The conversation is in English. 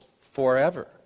forever